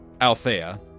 Althea